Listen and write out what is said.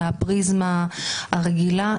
מהפריזמה הרגילה,